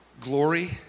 glory